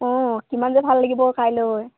অঁ কিমান যে ভাল লাগিব কাইলৈ